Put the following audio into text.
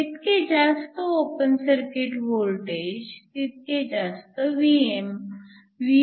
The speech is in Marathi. जितके जास्त ओपन सर्किट वोल्टेज तितके जास्त Vm